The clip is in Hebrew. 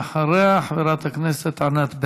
ואחריה, חברת הכנסת ענת ברקו.